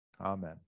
Amen